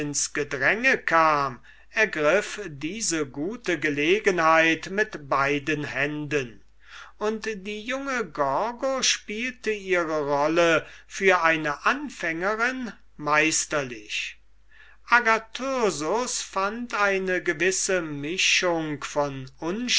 gedränge kam ergriff diese gute gelegenheit mit beiden händen und die junge gorgo spielte ihre rolle für eine anfängerin meisterlich agathyrsus fand eine gewisse mischung von